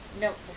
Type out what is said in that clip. Nope